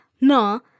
no